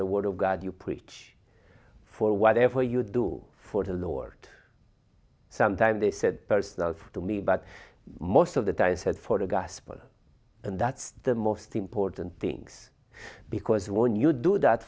the word of god you preach for whatever you do for the lord some time they said personally to me but most of the time said for the gospel and that's the most important things because when you do that